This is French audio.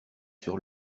sur